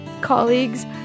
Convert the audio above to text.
colleague's